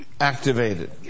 activated